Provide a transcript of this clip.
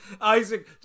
Isaac